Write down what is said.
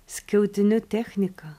skiautinių techniką